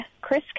Chris